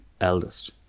eldest